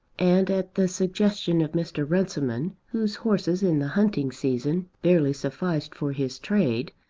and at the suggestion of mr. runciman, whose horses in the hunting season barely sufficed for his trade,